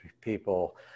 people